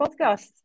podcast